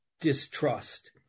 distrust